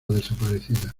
desaparecida